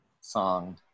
song